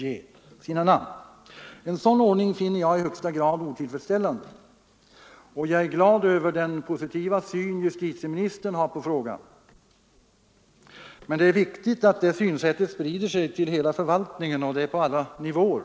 En sådan ordning finner jag i högsta grad otillfredsställande, och jag är glad över den positiva syn justitieministern har på frågan. Men det är viktigt att det synsättet sprider sig till hela förvaltningen, och det på alla nivåer.